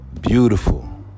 beautiful